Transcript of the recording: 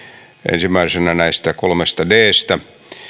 ensimmäisenä näistä kolmesta dstä